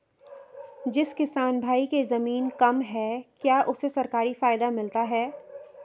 जिस किसान भाई के ज़मीन कम है क्या उसे सरकारी फायदा मिलता है?